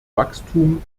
wachstum